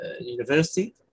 university